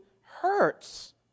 hurts